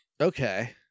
Okay